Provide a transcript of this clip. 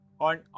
on